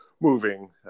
moving